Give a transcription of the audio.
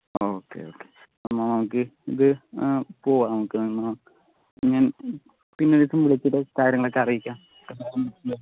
ഒക്കെ ഒക്കെ നമുക്ക് ഇത് പോകാം നമുക്ക് നമ്മൾ പിന്നെ ഒരു ദിവസം വിളിച്ചിട്ട് കാര്യങ്ങളൊക്കെ അറിയിക്കാം